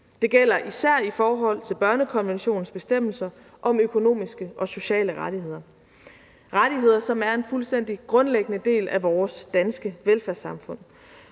Det gælder især i forhold til børnekonventionens bestemmelser om økonomiske og sociale rettigheder – rettigheder, som er en fuldstændig grundlæggende del af vores danske velfærdssamfund,